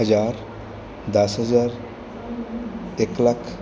ਹਜ਼ਾਰ ਦਸ ਹਜ਼ਾਰ ਇੱਕ ਲੱਖ